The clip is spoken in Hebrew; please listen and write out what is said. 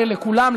הרי לכולם,